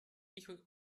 ich